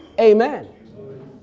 Amen